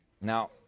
Now